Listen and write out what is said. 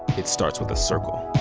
it starts with a circle